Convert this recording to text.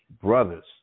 brothers